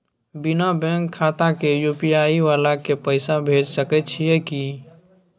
बिना बैंक खाता के यु.पी.आई वाला के पैसा भेज सकै छिए की?